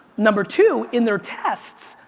number two, in their tests,